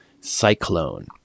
Cyclone